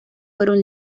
fueron